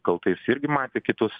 kaltais irgi matė kitus